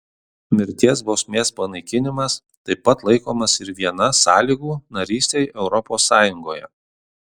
mirties bausmės panaikinimas taip pat laikomas ir viena sąlygų narystei europos sąjungoje